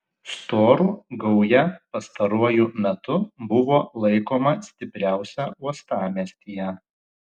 storų gauja pastaruoju metu buvo laikoma stipriausia uostamiestyje